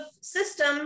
system